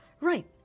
Right